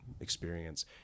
experience